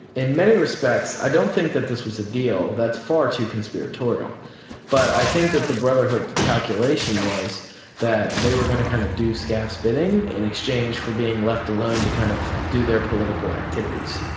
in many respects i don't think that this was a deal that's far too conspiratorial but i think that the brotherhood calculation was that they were going to kind of do scaf's bidding in exchange for being left alone to kind of do their political activities.